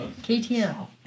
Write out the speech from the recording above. KTM